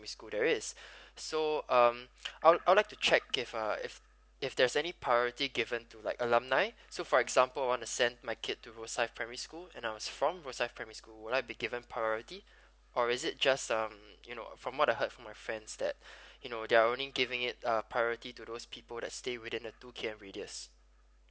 school there is so um I'd I'd like to check if uh if if there's any priority given to like alumni so for example I want to sent my kid to rosyth primary school and I was from rosyth primary school would I be given priority or is it just uh you know from what I heard from my friends that you know they're only giving it uh priority to those people that stay within the two K_M radius